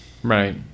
Right